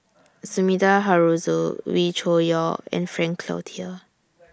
Sumida Haruzo Wee Cho Yaw and Frank Cloutier